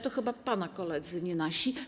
To chyba pana koledzy, nie nasi.